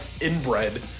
inbred